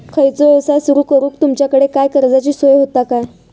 खयचो यवसाय सुरू करूक तुमच्याकडे काय कर्जाची सोय होता काय?